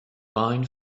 line